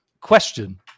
Question